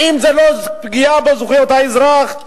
האם זו לא פגיעה בזכויות האזרח,